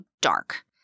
dark